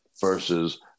versus